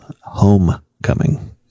Homecoming